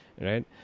right